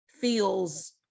feels